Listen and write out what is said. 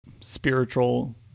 spiritual